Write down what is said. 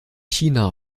china